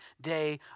day